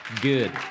Good